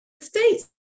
states